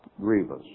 grievous